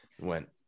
went